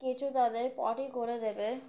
কেঁচো তাদের পটি করে দেবে